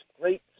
great